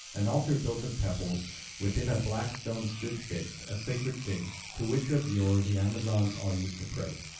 an altar built of pebbles within a black stone stood fixed, a sacred thing, to which of yore the amazons all used to pray.